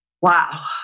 Wow